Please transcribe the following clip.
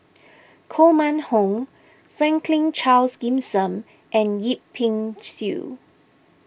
Koh Mun Hong Franklin Charles Gimson and Yip Pin Xiu